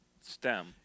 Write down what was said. stem